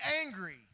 angry